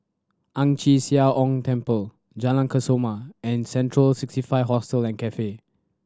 Ang Chee Sia Ong Temple Jalan Kesoma and Central Sixty Five Hostel and Cafe